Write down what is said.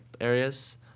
areas